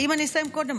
אם אני אסיים קודם,